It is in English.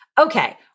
Okay